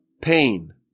pain